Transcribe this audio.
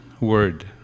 word